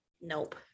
Nope